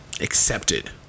accepted